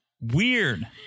weird